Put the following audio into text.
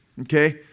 okay